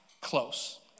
close